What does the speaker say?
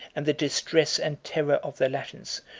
and the distress and terror of the latins,